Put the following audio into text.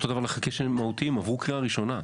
אותו דבר לחלקי נשק מהותיים עברו קריאה ראשונה.